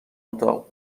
اتاق